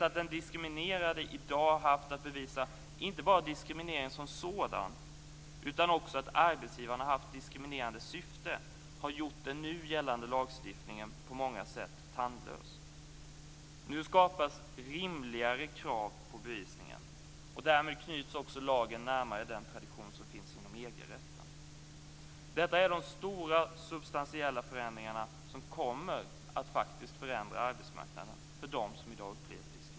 Att den diskriminerade i dag haft att bevisa inte bara diskrimineringen som sådan utan också att arbetsgivaren har haft diskriminerande syfte, har gjort den nu gällande lagstiftningen tandlös på många sätt. Nu skapas rimligare krav på bevisningen. Därmed knyts också lagen närmare den tradition som finns inom EG-rätten. Detta är de stora substantiella förändringarna som faktiskt kommer att förändra arbetsmarknaden för dem som i dag upplever diskriminering.